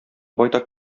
байтак